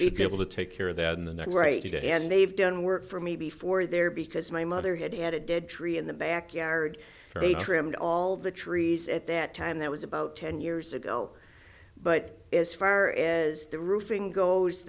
should be able to take care of that in the right day and they've done work for me before there because my mother had had a dead tree in the backyard so they trimmed all the trees at that time that was about ten years ago but as far as the roofing goes t